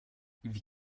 wie